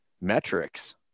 metrics